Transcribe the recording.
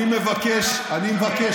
זו שאלה של, אני מבקש, אני מבקש.